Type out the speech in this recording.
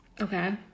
Okay